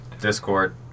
Discord